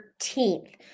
13th